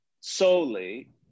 solely